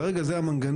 כרגע זה המנגנון,